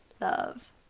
love